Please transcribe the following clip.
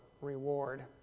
reward